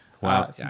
Wow